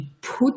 put